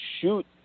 shoot